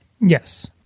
Yes